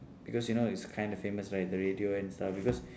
because you know it's kind of famous right the radio and stuff because